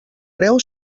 greu